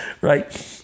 right